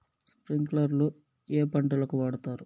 స్ప్రింక్లర్లు ఏ పంటలకు వాడుతారు?